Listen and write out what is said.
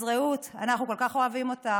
אז רעות, אנחנו כל כך אוהבים אותך.